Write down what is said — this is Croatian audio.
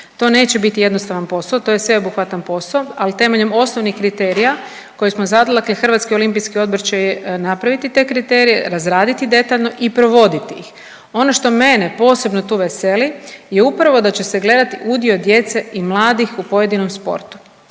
To neće biti jednostavan posao, to je sveobuhvatan posao ali temeljem osnovnih kriterija koje smo zadali, dakle Hrvatski olimpijski odbor će napraviti te kriterije, razraditi detaljno i provoditi ih. Ono što mene posebno tu veseli je upravo da će se gledati udio djece i mladih u pojedinom sportu,